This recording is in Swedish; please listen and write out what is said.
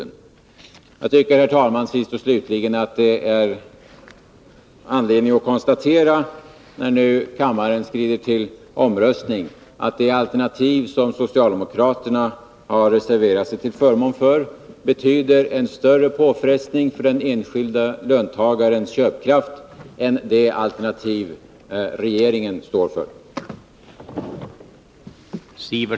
Sist och slutligen, herr talman, tycker jag att det finns anledning att konstatera, när nu kammaren skrider till omröstning, att det alternativ som socialdemokraterna har reserverat sig till förmån för betyder en större påfrestning för den enskilde löntagarens köpkraft än det alternativ som regeringen står för.